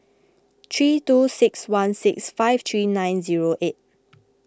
three two six one six five three nine zero eight